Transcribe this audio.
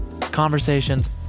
Conversations